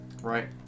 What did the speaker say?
Right